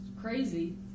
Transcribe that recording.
crazy